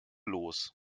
los